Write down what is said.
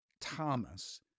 Thomas